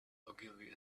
ogilvy